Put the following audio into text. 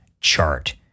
chart